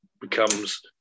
becomes